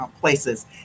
places